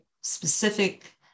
specific